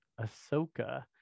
Ahsoka